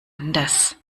anders